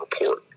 report